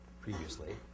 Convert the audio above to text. previously